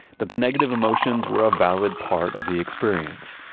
that the negative emotions were a valid part of the experience.